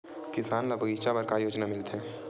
किसान ल बगीचा बर का योजना मिलथे?